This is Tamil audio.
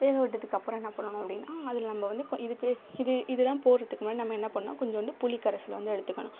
வேக விட்டதுக்கப்புறம் என்ன பண்ணணும் அப்படின்னா அதில் நம்ப வந்து கொ இதுக்கு இது இதெலாம் போடுறத்துக்கு முன்னாடி நம்ம என்ன பண்ணுன்னா கொஞ்சோன்டு புளி கரைசலை வந்து எடுத்துக்கணும்